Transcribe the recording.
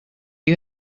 you